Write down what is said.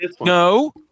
no